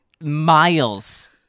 miles